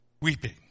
weeping